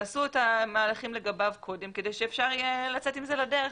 תעשו את המהלכים לגביו קודם כדי שאפשר יהיה לצאת עם זה לדרך.